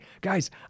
guys